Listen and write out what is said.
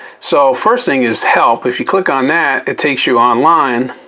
so, first thing is help. if you click on that it takes you online